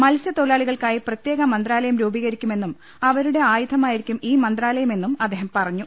മത്സ്യ ത്തൊഴിലാളികൾക്കായി പ്രത്യേക മന്ത്രാലായം രൂപീകരിക്കു മെന്നും അവരുടെ ആയുധമായിരിക്കും ഈ മന്ത്രാലയമെന്നും അദ്ദേഹം പറഞ്ഞു